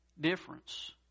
difference